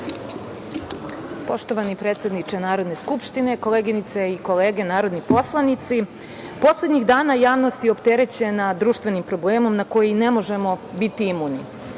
Poštovani predsedniče Narodne skupštine, koleginice i kolege narodni poslanici, poslednjih dana javnost je opterećena društvenim problemom na koji ne možemo biti imuni,